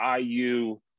IU